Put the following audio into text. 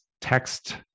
text